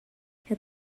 het